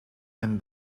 and